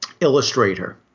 illustrator